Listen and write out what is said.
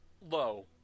low